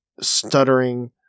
stuttering